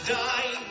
die